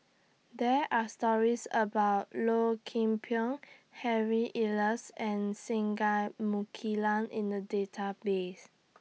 There Are stories about Low Kim Pong Harry Elias and Singai Mukilan in The Database